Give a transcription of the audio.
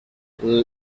les